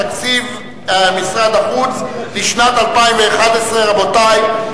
תקציב משרד החוץ לשנת 2011. רבותי,